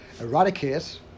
eradicate